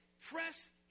press